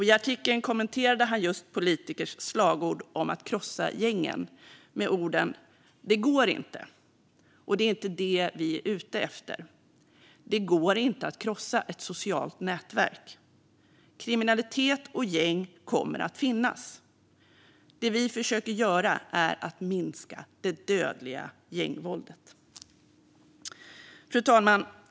I artikeln kommenterade han just politikers slagord om att krossa gängen med orden: Det går inte, och det är inte det vi är ute efter. Det går inte att krossa ett socialt nätverk. Kriminalitet och gäng kommer att finnas. Det vi försöker göra är att minska det dödliga gängvåldet. Fru talman!